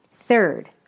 Third